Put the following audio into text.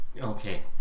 okay